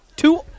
Two